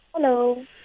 Hello